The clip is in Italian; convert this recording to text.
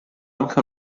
anche